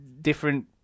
different